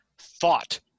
thought